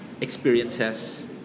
experiences